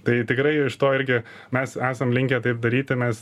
tai tikrai iš to irgi mes esam linkę taip daryti mes